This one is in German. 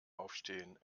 aufstehen